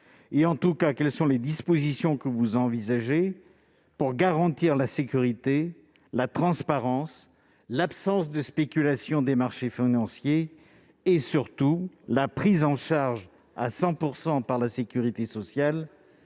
Et, en tout cas, quelles sont les dispositions que vous envisagez pour garantir la sécurité, la transparence, l'absence de spéculation des marchés financiers et, surtout, la prise en charge à 100 % par la sécurité sociale